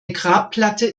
grabplatte